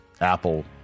Apple